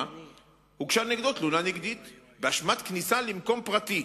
הוגשה נגדו תלונה נגדית באשמת כניסה למקום פרטי,